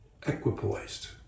equipoised